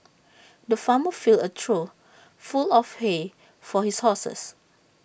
the farmer filled A trough full of hay for his horses